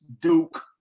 Duke